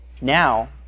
Now